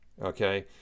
okay